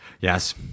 Yes